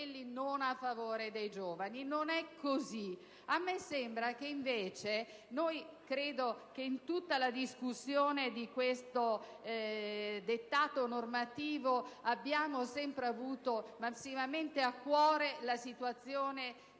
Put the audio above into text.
Non è così.